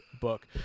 book